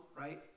right